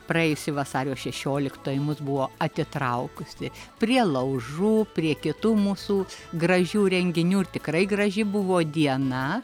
praėjusi vasario šešioliktoji mus buvo atitraukusi prie laužų prie kitų mūsų gražių renginių ir tikrai graži buvo diena